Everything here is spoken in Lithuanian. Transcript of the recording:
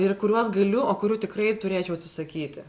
ir kuriuos galiu o kurių tikrai turėčiau atsisakyti